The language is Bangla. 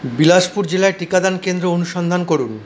বিলাসপুর জেলায় টিকাদান কেন্দ্র অনুসন্ধান করুন